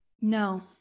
No